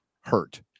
hurt